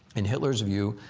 in hitler's view,